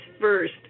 first